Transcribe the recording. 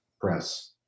press